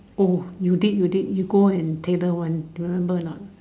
oh you did you did you go and tailor one do you remember or not